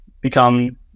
become